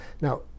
Now